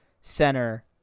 center